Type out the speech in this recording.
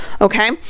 okay